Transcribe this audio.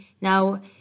now